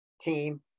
team